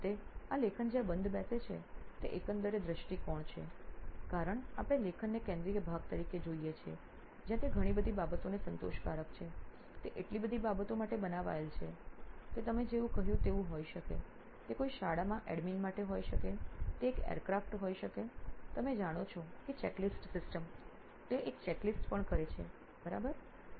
અને અંતે આ લેખન જ્યાં બંધબેસે છે તે એકંદરે દૃષ્ટિકોણ છે કારણ આપણે લેખનને કેન્દ્રિય ભાગ તરીકે જોઈએ છીએ જ્યાં તે ઘણી બધી બાબતોને સંતોષકારક છે તે એટલી બધી બાબતો માટે બનાવાયેલ છે તે તમે જેવું કહ્યું તેવું હોઈ શકે તે કોઈ શાળામાં એડમિન માટે હોઈ શકે તે એક aircraft હોઈ શકે છે તમે જાણો છો કે ચેકલિસ્ટ સિસ્ટમ તેઓ એક ચેકલિસ્ટ પણ કરે છે બરાબર